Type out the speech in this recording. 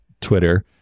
Twitter